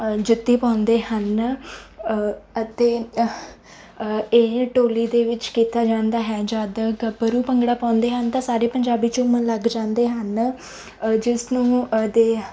ਜੁੱਤੀ ਪਾਉਂਦੇ ਹਨ ਅਤੇ ਇਹ ਟੋਲੀ ਦੇ ਵਿੱਚ ਕੀਤਾ ਜਾਂਦਾ ਹੈ ਜਦ ਗੱਭਰੂ ਭੰਗੜਾ ਪਾਉਂਦੇ ਹਨ ਤਾਂ ਸਾਰੇ ਪੰਜਾਬੀ ਝੂਮਣ ਲੱਗ ਜਾਂਦੇ ਹਨ ਜਿਸ ਨੂੰ ਦੇ